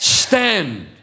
stand